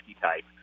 type